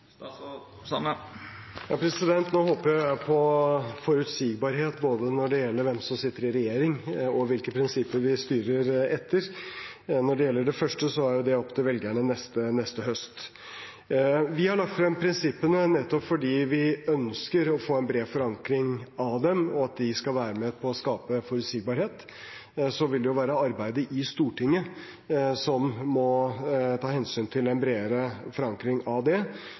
Nå håper jeg på forutsigbarhet når det gjelder både hvem som sitter i regjering, og hvilke prinsipper vi styrer etter. Når det gjelder det første, er jo det opp til velgerne neste høst. Vi har lagt frem prinsippene nettopp fordi vi ønsker å få en bred forankring av dem og at de skal være med på å skape forutsigbarhet. Det vil være arbeidet i Stortinget som må ta hensyn til en bredere forankring, så det